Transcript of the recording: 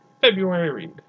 February